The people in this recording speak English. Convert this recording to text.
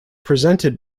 presented